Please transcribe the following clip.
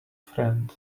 friend